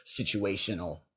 situational